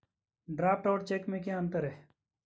Draft और cheque में क्या अंतर है?